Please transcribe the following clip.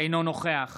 אינו נוכח